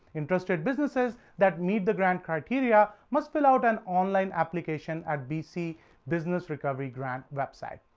interested businesses that meet the grant criteria must fill out an online application at bc business recovery grant website.